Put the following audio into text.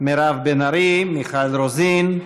מירב בן ארי, מיכל רוזין,